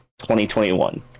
2021